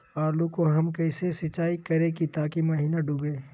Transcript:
आलू को हम कैसे सिंचाई करे ताकी महिना डूबे?